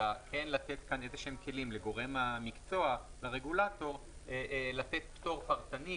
אלא לתת כלים לגורם המקצוע לתת פטור פרטני,